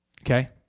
Okay